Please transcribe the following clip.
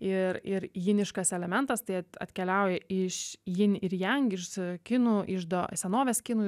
ir ir jiniškas elementas tai atkeliauja iš jin ir jang iš kinų iždo senovės kinų